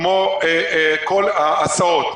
כמו כל ההסעות,